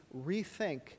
rethink